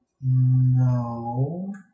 No